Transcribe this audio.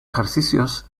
ejercicios